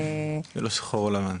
זה לא שחור או לבן.